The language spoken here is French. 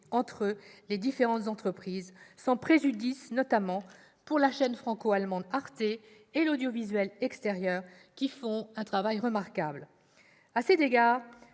entre les différentes entreprises, sans préjudice notamment pour la chaîne franco-allemande Arte et l'audiovisuel extérieur, qui font un travail remarquable. À cet égard,